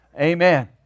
Amen